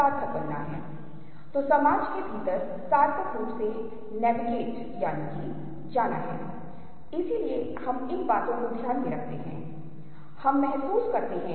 इसलिए कि चीजों की योजना के भीतर स्कीमा के भीतर आखिरकार मैं कहता हूं कि ठीक है जो मैं देख रहा हूं वह एक इंसान है